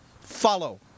Follow